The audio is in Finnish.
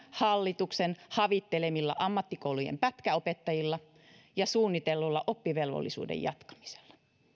hallituksen havittelemilla ammattikoulujen pätkäopettajilla ja suunnitellulla oppivelvollisuuden jatkamisella